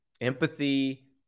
empathy